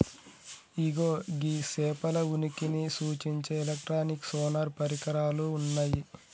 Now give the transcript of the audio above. అగో గీ సేపల ఉనికిని సూచించే ఎలక్ట్రానిక్ సోనార్ పరికరాలు ఉన్నయ్యి